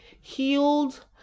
healed